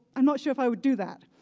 i'm not sure if i would do that.